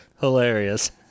hilarious